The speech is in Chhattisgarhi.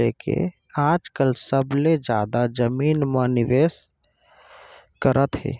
लेके आजकल सबले जादा जमीन म निवेस करत हे